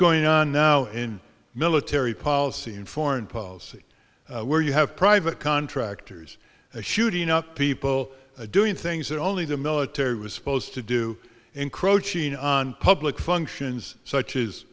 going on now in military policy in foreign policy where you have private contractors a shooting up people doing things that only the military was supposed to do encroaching on public functions such